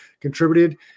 contributed